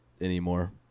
anymore